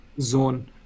zone